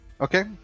Okay